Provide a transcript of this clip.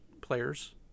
players